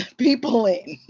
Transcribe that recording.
people in.